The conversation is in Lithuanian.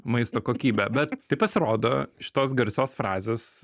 maisto kokybę bet tai pasirodo šitos garsios frazės